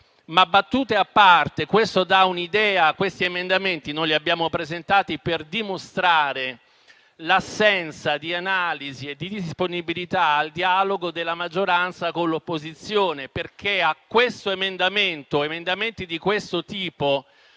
Battute a parte, questo dà un'idea. Questi emendamenti noi li abbiamo presentati per dimostrare l'assenza di analisi e di disponibilità al dialogo della maggioranza con l'opposizione. Di fronte a emendamenti di questo tipo,